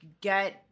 get